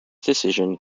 decision